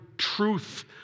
truth